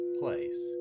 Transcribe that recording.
place